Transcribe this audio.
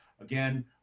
Again